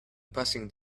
passing